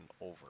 over